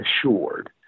assured